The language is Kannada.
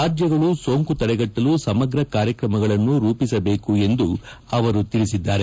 ರಾಜ್ಯಗಳು ಸೋಂಕು ತಡೆಗಟ್ಟಲು ಸಮಗ್ರ ಕಾರ್ಯಕ್ರಮಗಳನ್ನು ರೂಪಿಸಬೇಕು ಎಂದು ಅವರು ತಿಳಿಸಿದ್ದಾರೆ